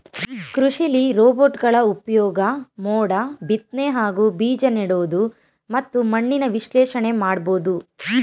ಕೃಷಿಲಿ ರೋಬೋಟ್ಗಳ ಉಪ್ಯೋಗ ಮೋಡ ಬಿತ್ನೆ ಹಾಗೂ ಬೀಜನೆಡೋದು ಮತ್ತು ಮಣ್ಣಿನ ವಿಶ್ಲೇಷಣೆನ ಮಾಡ್ಬೋದು